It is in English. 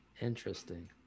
Interesting